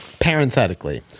parenthetically